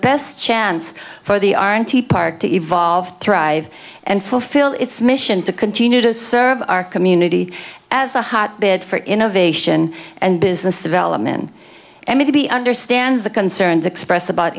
best chance for the aren t park to evolve thrive and fulfill its mission to continue to serve our community as a hotbed for innovation and business development and to be understands the concerns expressed about